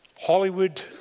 Hollywood